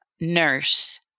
nurse